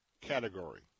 category